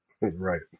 Right